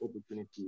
opportunity